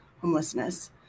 homelessness